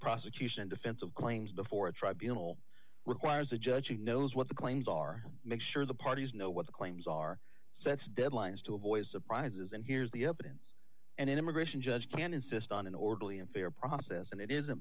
prosecution and defense of claims before a tribunal requires a judge who knows what the claims are make sure the parties know what the claims are sets deadlines to avoid surprises and here's the evidence and immigration judge can insist on an orderly and fair process and it is